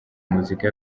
muzika